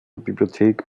bibliothek